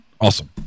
Awesome